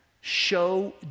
show